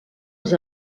els